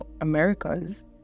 Americas